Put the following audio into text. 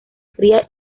cría